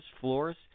floors